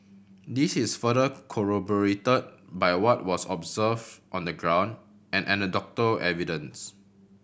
this is further corroborated by what was observed on the ground and anecdotal evidence